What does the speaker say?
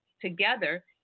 together